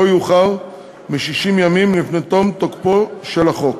יאוחר מ-60 ימים לפני תום תוקפו של החוק.